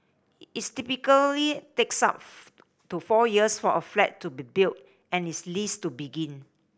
its typically takes up to four years for a flat to be built and its lease to begin